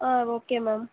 okay ma'am